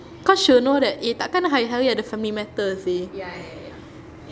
cause she'll know that eh tak kan hari-hari ada family matter seh